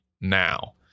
now